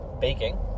baking